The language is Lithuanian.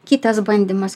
kitas bandymas